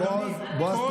אדוני, כל